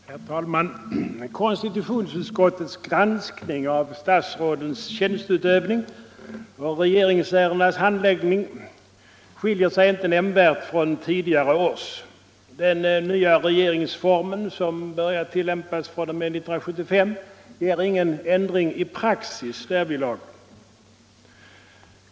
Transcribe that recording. Herr talman! Konstitutionsutskottets granskning i år av ”statsrådens tjänsteutövning och regeringsärendenas handläggning” skiljer sig inte nämnvärt från tidigare års. Den nya regeringsformen, som börjat tillämpas 1975, ger ingen ändring i praxis därvidlag.